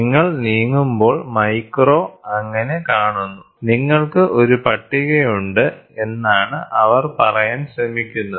നിങ്ങൾ നീങ്ങുമ്പോൾ മൈക്രോ അങ്ങനെ കാണുന്നു നിങ്ങൾക്ക് ഒരു പട്ടികയുണ്ട് എന്നാണ് അവർ പറയാൻ ശ്രമിക്കുന്നത്